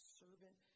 servant